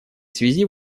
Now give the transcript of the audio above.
связи